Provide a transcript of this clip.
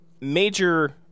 major